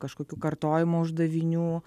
kažkokių kartojimo uždavinių